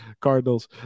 Cardinals